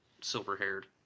silver-haired